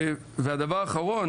הדבר האחרון,